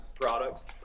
products